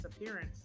appearance